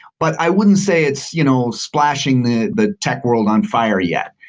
but i wouldn't say it's you know splashing the the tech world on fire yet.